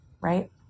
right